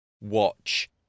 watch